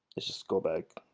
let's just go back.